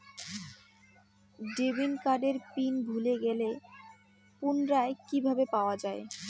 Debit কার্ডের PIN ভুলে গেলে পুনরায় কিভাবে পাওয়া য়ায়?